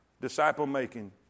disciple-making